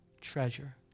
treasure